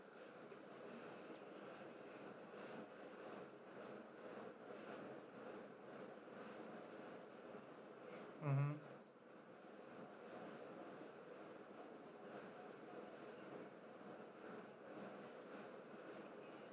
mmhmm